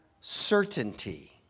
certainty